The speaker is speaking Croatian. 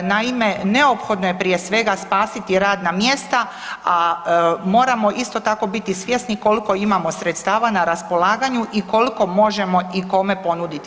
Naime, neophodno je prije svega spasiti radna mjesta a moramo isto tako biti svjesni koliko imamo sredstava na raspolaganju i koliko možemo i kome ponuditi.